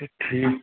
اچھا ٹھیٖک